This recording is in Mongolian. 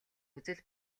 үзэл